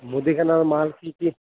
মুদিখানার মাল কী কী